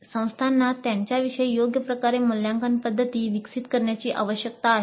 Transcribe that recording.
संस्थांना त्यांच्यासाठी योग्य प्रकारे मूल्यांकन पद्धती विकसित करण्याची आवश्यकता आहे